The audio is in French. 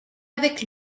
avec